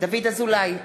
דוד אזולאי,